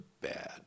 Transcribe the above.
bad